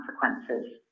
consequences